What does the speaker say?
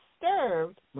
disturbed